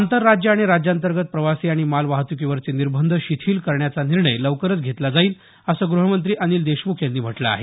आंतरराज्य आणि राज्यांतर्गत प्रवासी आणि माल वाहतुकीवरचे निर्बंध शिथिल करण्याचा निर्णय लवकरच घेतला जाईल असं ग्रहमंत्री अनिल देशमुख यांनी म्हटलं आहे